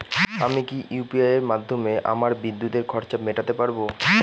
আমি কি ইউ.পি.আই মাধ্যমে আমার বিদ্যুতের খরচা মেটাতে পারব?